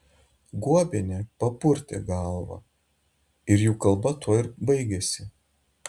guobienė papurtė galvą ir jų kalba tuo ir baigėsi